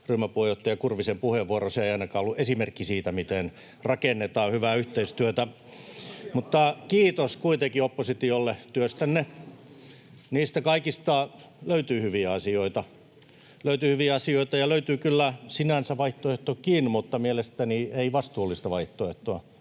ryhmäpuheenjohtaja Kurvisen puheenvuoro. Se ei ainakaan ollut esimerkki siitä, miten rakennetaan hyvää yhteistyötä. Kiitos kuitenkin oppositiolle työstänne. Niistä kaikista löytyy hyviä asioita, löytyy hyviä asioita ja löytyy kyllä sinänsä vaihtoehtokin, mutta mielestäni ei vastuullista vaihtoehtoa,